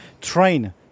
train